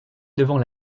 devant